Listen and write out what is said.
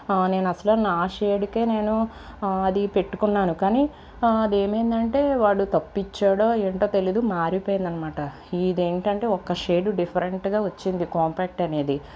నేనసల నా షేడుకే నేను అది పెట్టుకున్నాను కానీ అదేమైందంటే వాడు తప్పిచ్చాడో ఏంటో తెలీదు మారిపోయిందనమాట ఇదేంటంటే ఒక్క షేడు డిఫరెంట్గా వచ్చింది కాంపాక్ట్ అనేది